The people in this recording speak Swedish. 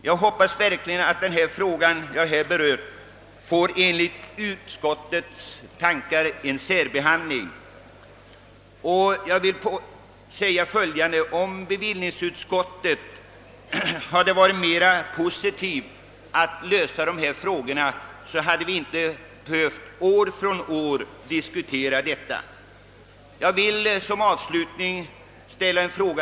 Jag hoppas verkligen att den här frågan får den särbehandling som utskottet skriver om och vill framhålla, att om bevillningsutskottet hade varit mera positivt inställt till lösandet av dessa spörsmål hade vi inte behövt diskussioner år efter år.